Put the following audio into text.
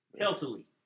Healthily